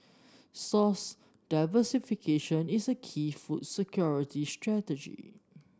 source diversification is a key food security strategy